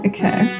Okay